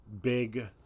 big